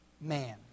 man